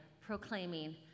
proclaiming